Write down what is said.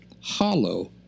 hollow